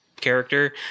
Character